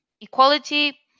Equality